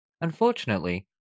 Unfortunately